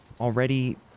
Already